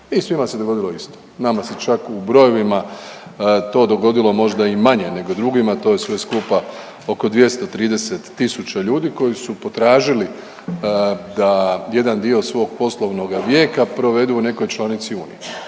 svima se dogodilo isto. Nama se čak u brojevima to dogodilo možda i manje nego drugima, to je sve skupa oko 230 tisuća ljudi koji su potražili da jedan dio svog poslovnoga vijeka provedu u nekoj članici Unije,